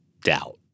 doubt